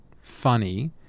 funny